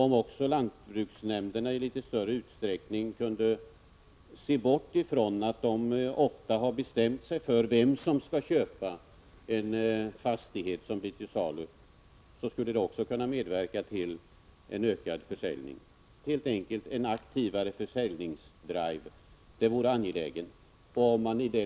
Om också lantbruksnämnderna i litet större utsträckning kunde låta bli att i förväg bestämma vem som skall få köpa en fastighet som blir till salu, skulle det medverka till en ökad försäljning. Det vore helt enkelt angeläget med en mer aktiv försäljningsdrive.